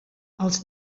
els